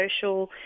social